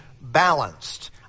balanced